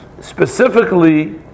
Specifically